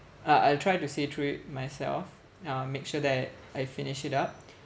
uh I'll try to see through it myself uh make sure that I finish it up